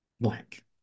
Black